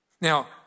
Now